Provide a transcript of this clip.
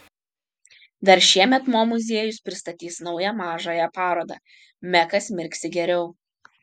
dar šiemet mo muziejus pristatys naują mažąją parodą mekas mirksi geriau